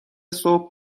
صبح